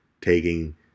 taking